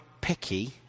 picky